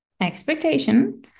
expectation